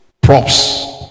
props